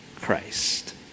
Christ